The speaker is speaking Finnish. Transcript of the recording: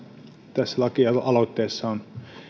tässä lakialoitteessa on